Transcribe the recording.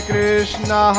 Krishna